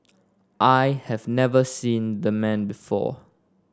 I have never seen the man before